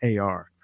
AR